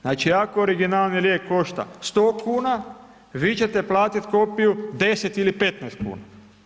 Znači, ako originalni lijek košta 100,00 kn, vi ćete platiti kopiju 10 ili 15,00 kn.